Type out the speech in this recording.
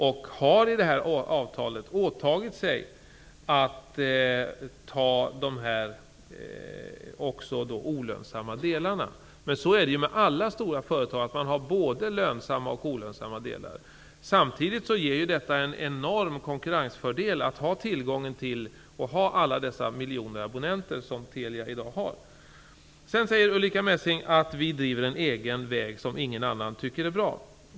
Man har vidare i avtalet åtagit sig att ta över också de olönsamma delarna. Så är det ju med alla stora företag; man har både lönsamma och olönsamma delar. Samtidigt ger det en enorma konkurrensfördel att ha tillgång till alla dessa miljoner abonnenter såsom Telia i dag har. Ulrika Messing säger också att vi driver en egen linje som ingen annan tycker är bra.